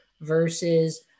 versus